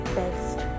best